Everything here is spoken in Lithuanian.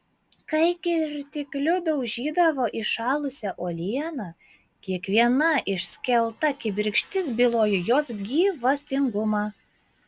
kai kirtikliu daužydavo įšalusią uolieną kiekviena išskelta kibirkštis bylojo jos gyvastingumą